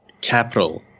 capital